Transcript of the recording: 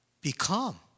become